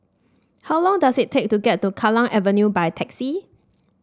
how long does it take to get to Kallang Avenue by taxi